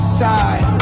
side